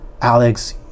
Alex